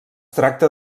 tracta